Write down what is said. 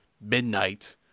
midnight